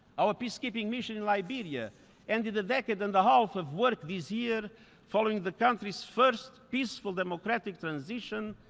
our peacekeeping mission in liberia ended a decade-and-a-half of work this year following the country's first peaceful democratic transition,